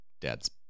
dad's